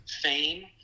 fame